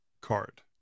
card